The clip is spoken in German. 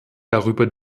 darüber